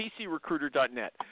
PCRecruiter.net